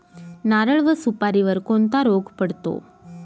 नारळ व सुपारीवर कोणता रोग पडतो?